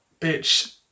bitch